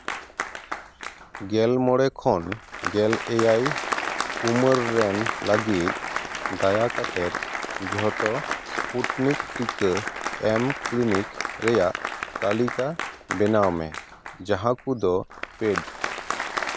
ᱜᱮᱞ ᱢᱚᱬᱮ ᱠᱷᱚᱱ ᱜᱮᱞ ᱮᱭᱟᱭ ᱩᱢᱮᱹᱨ ᱨᱮᱱ ᱞᱟᱹᱜᱤᱫ ᱫᱟᱭᱟ ᱠᱟᱛᱮ ᱡᱷᱚᱛᱚ ᱥᱯᱩᱴᱱᱤᱠ ᱴᱤᱠᱟᱹ ᱮᱢ ᱠᱞᱤᱱᱤᱠ ᱨᱮᱭᱟᱜ ᱛᱟᱹᱞᱤᱠᱟ ᱵᱮᱱᱟᱣ ᱢᱮ ᱡᱟᱦᱟᱸ ᱠᱚᱫᱚ ᱯᱮᱹᱰ